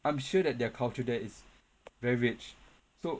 I'm sure that their culture there is very rich